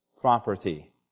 property